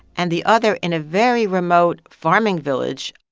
and the other in a very remote farming village.